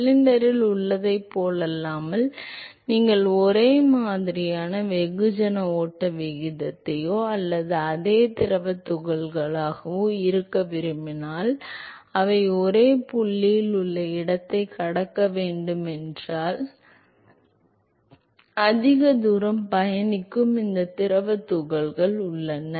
சிலிண்டரில் உள்ளதைப் போலல்லாமல் நீங்கள் ஒரே மாதிரியான வெகுஜன ஓட்ட விகிதத்தையோ அல்லது அதே திரவத் துகளாகவோ இருக்க விரும்பினால் அவை ஒரே புள்ளியில் உள்ள இடத்தைக் கடக்க வேண்டும் என்றால் அதிக தூரம் பயணிக்கும் இந்த திரவத் துகள்கள் உள்ளன